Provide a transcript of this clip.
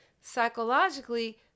psychologically